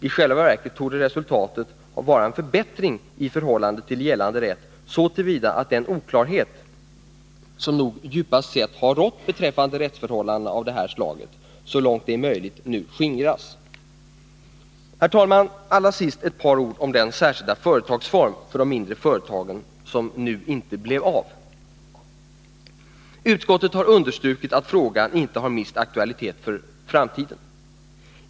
I själva verket torde resultatet vara en förbättring i förhållande till gällande rätt så till vida att den oklarhet som nog djupast sett har rått beträffande rättsförhållanden av det här slaget så långt det är möjligt nu skingras. Herr talman! Allra sist ett par ord om den särskilda företagsform för de mindre företagen som nu inte blev av. Utskottet har understrukit att frågan inte har mist aktualitet för framtiden.